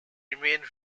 remained